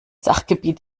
sachgebiet